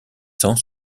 cent